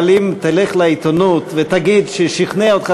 אבל אם תלך לעיתונות ותגיד ששכנע אותך